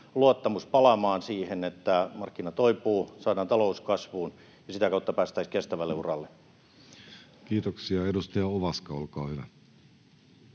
luottamus palaamaan siihen, että markkina toipuu, saadaan talous kasvuun ja sitä kautta päästäisiin kestävälle uralle. Kiitoksia. — Edustaja Ovaska, olkaa hyvä.